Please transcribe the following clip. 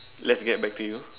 let's get back to you